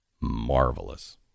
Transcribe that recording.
marvelous